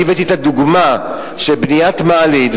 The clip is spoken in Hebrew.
אני הבאתי את הדוגמה שבניית מעלית,